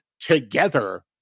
together